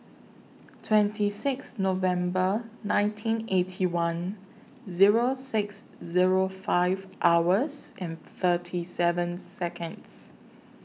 twenty six November nineteen Eighty One Zero six Zero five hours and thirty seven Seconds